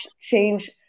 change